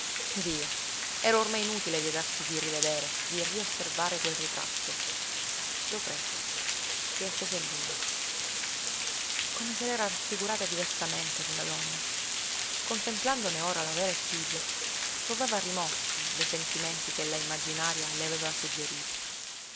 via era ormai inutile vietarsi di rivedere di riosservare quel ritratto lo prese riaccese il lume come se la era raffigurata diversamente quella donna contemplandone ora la vera effigie provava rimorso dei sentimenti che la immaginaria le aveva suggeriti